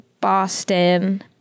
Boston